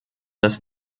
das